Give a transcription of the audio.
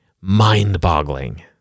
Mind-boggling